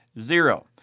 zero